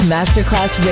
Masterclass